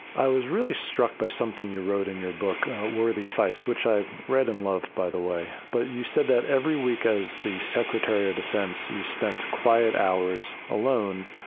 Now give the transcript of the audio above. i was really struck by something you wrote in your book, worthy fights, which i read and loved, by the way, but you said that every week as the secretary of defense, you spent quiet hours alone,